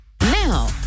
Now